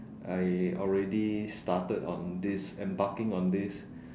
I already started on this embarking on this